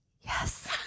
Yes